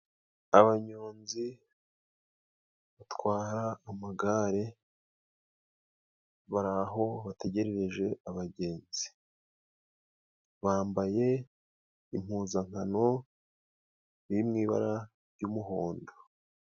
Abanyonzi batwara amagare bari aho bategerereje abagenzi, bambaye impuzankano iri mu ibara ry'umuhondo.